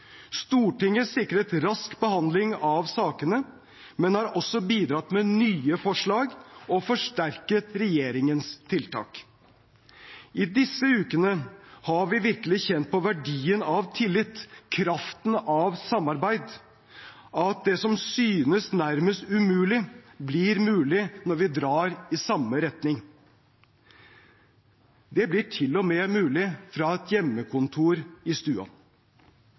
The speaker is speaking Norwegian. Stortinget sikret rask behandling av sakene, men har også bidratt med nye forslag og forsterket regjeringens tiltak. I disse ukene har vi virkelig kjent på verdien av tillit – og kraften av samarbeid: at det som synes nærmest umulig, blir mulig når vi drar i samme retning. Det blir til og med mulig fra et hjemmekontor i stua.